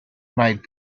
might